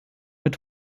mit